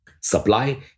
Supply